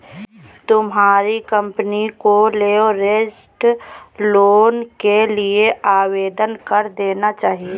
तुम्हारी कंपनी को leveraged loan के लिए आवेदन कर देना चाहिए